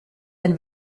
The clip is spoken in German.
ein